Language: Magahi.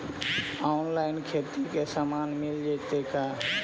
औनलाइन खेती के सामान मिल जैतै का?